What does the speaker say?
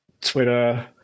Twitter